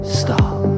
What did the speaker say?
stop